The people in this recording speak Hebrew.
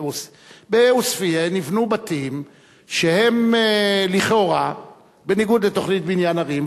בעוספיא נבנו בתים שהם לכאורה בניגוד לתוכנית בניין ערים,